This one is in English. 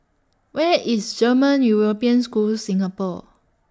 Where IS German European School Singapore